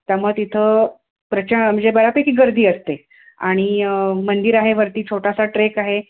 त्यामुळं तिथं प्रच म्हणजे बऱ्यापैकी गर्दी असते आणि मंदिर आहे वरती छोटासा ट्रेक आहे